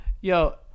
Yo